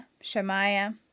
Shemaiah